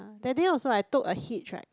that day also I took a hitch ride